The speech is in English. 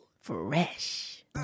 Fresh